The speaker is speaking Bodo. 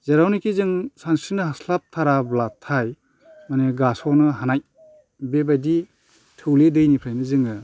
जेरावनिखि जों सानस्रिनो हास्लाबथाराब्लाथाय माने गास'नो हानाय बेबायदि थौले दैनिफ्रायनो जोङो